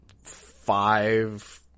five